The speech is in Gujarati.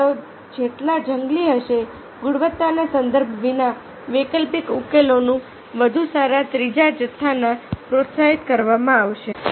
વિચારો જેટલા જંગલી હશે ગુણવત્તાના સંદર્ભ વિના વૈકલ્પિક ઉકેલોના વધુ સારા ત્રીજા જથ્થાને પ્રોત્સાહિત કરવામાં આવશે